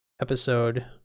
episode